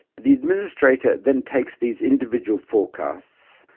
the administrator then takes these individual forecasts,